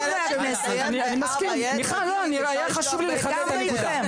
אני מסכים, מיכל, לא, היה חשוב לי לחדד את הנקודה.